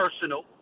personal